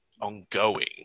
ongoing